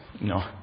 No